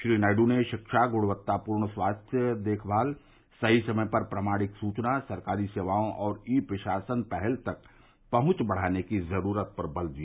श्री नायडू ने शिक्षा गुणवत्तापूर्ण स्वास्थ्य देखभाल सही समय पर प्रामाणिक सूचना सरकारी सेवाओं और ई प्रशासन पहल तक पहुंच बढ़ाने की ज़रूरत पर बल दिया